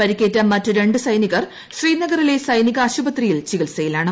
പരിക്കേറ്റ മറ്റ് ര ് സൈനികർ ശ്രീനഗറിലെ സൈനികാശുപത്രിയിൽ ചികിത്സയിലാണ്